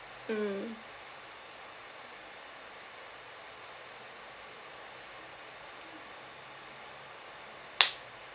mm